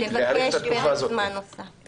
בנסיבות מיוחדות ומורכבות,